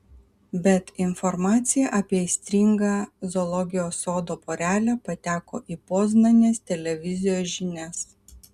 bet informacija apie aistringą zoologijos sodo porelę pateko į poznanės televizijos žinias